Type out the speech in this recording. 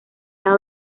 lado